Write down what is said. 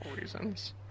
reasons